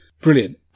brilliant